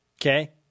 Okay